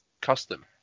custom